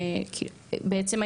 בעצם,